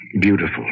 Beautiful